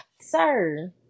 sir